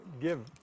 give